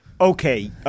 Okay